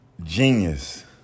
Genius